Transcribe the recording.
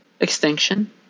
Extinction